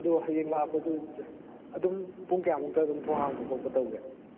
ꯑꯗꯣ ꯍꯌꯦꯡ ꯂꯥꯛꯄꯗꯨ ꯑꯗꯨꯝ ꯄꯨꯡ ꯀꯌꯥꯃꯨꯛꯇ ꯑꯗꯨꯝ ꯊꯣꯡ ꯍꯥꯡꯕ ꯈꯣꯠꯄ ꯇꯧꯒꯦ